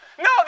No